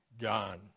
John